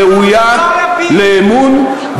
ראויה לאמון,